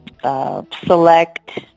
Select